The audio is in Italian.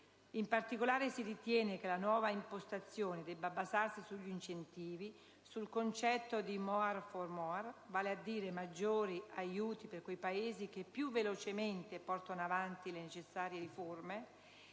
In particolare si ritiene che la nuova impostazione debba basarsi sugli incentivi, sul concetto di *more for more*, vale a dire maggiori aiuti per quei Paesi che più velocemente portano avanti le necessarie riforme